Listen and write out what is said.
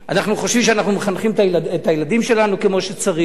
אנחנו חושבים שאנחנו מחנכים את הילדים שלנו כמו שצריך.